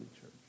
church